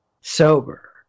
sober